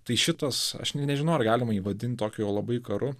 tai šitas aš ne nežinau ar galima jį vadinti tokiu labai karu